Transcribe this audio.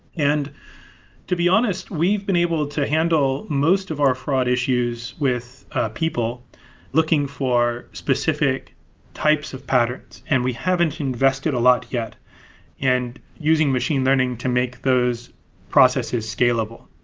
and to be honest, we've been able to handle most of our fraud issues with people looking for specific types of patterns, and we haven't invested a lot yet and using machine learning to make those processes scalable.